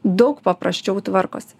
daug paprasčiau tvarkosi